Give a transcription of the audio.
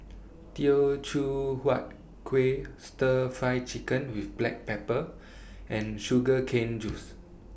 Teochew Huat Kueh Stir Fry Chicken with Black Pepper and Sugar Cane Juice